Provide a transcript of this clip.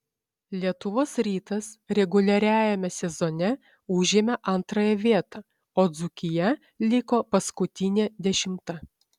lietuvos rytas reguliariajame sezone užėmė antrąją vietą o dzūkija liko paskutinė dešimta